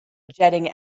jetting